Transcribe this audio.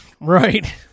Right